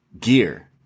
gear